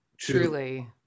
Truly